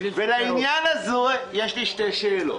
לעניין הזה יש לי שתי שאלות: